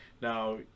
Now